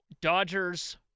Dodgers